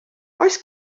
oes